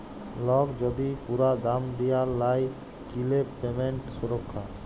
lock যদি পুরা দাম দিয়া লায় কিলে পেমেন্ট সুরক্ষা